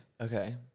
Okay